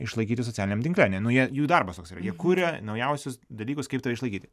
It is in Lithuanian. išlaikyti socialiniam tinkle ne nu jie jų darbas toks yra jie kuria naujausius dalykus kaip tave išlaikyti